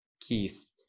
Keith